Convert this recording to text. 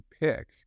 pick